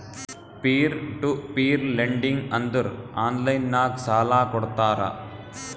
peer to peer lending ಅಂದುರ್ online ನಾಗ್ ಸಾಲಾ ಕೊಡ್ತಾರ